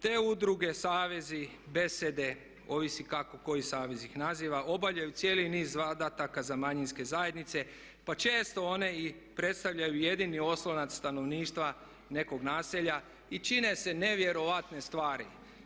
Te udruge, savezi, besede, ovisi kako koji savez ih naziva, obavljaju cijeli niz zadataka za manjinske zajednice pa često one i predstavljaju jedini osnovac stanovništva nekog naselja i čine se nevjerojatne stvari.